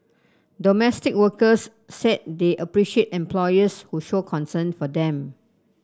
domestic workers said they appreciate employers who show concern for them